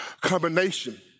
combination